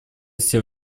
все